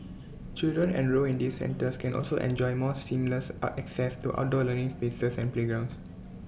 children enrolled in these centres can also enjoy more seamless are access to outdoor learning spaces and playgrounds